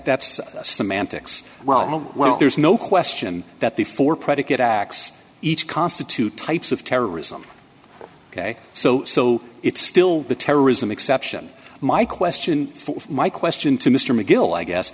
that's semantics well no well there's no question that the four predicate acts each constitute types of terrorism ok so so it's still the terrorism exception my question for my question to mr macgill i guess